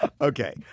Okay